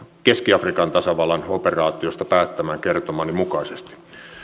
keski afrikan tasavallan operaatiosta päättämään kertomani mukaisesti